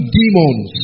demons